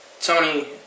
Tony